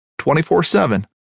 24-7